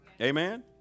Amen